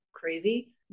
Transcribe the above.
crazy